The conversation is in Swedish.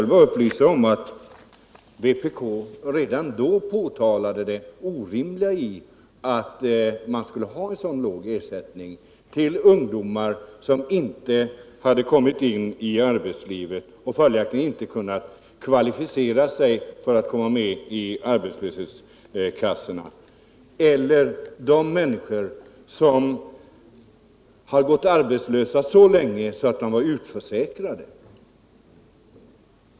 Men redan då beslutet om kontant arbetsmarknadstöd togs påtalade vpk det orimliga i att ha en så låg ersättning till ungdomar, som inte hade kommit in i arbetslivet och som följaktligen inte kunnat kvalificera sig för att komma med i arbetslöshetskassorna, eller till de människor som gått arbetslösa så länge att de blivit utförsäkrade.